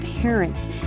parents